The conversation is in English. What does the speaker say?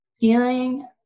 feeling